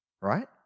Right